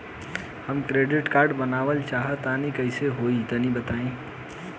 हम credit card बनवावल चाह तनि कइसे होई तनि बताई?